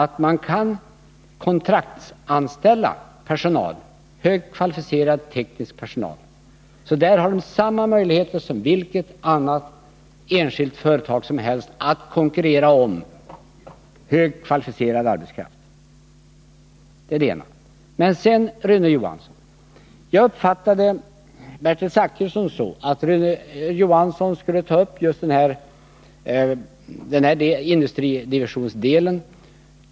Televerket kan kontraktsanställa högt kvalificerad teknisk personal. Televerket har således samma möjligheter som vilket annat enskilt företag som helst att konkurrera om högt kvalificerad arbetskraft. Jag uppfattade Bertil Zachrisson så, att Rune Johansson skulle ta upp just industridivisionsdelen.